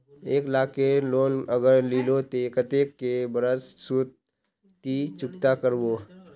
एक लाख केर लोन अगर लिलो ते कतेक कै बरश सोत ती चुकता करबो?